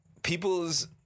People's